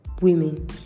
women